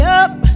up